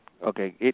Okay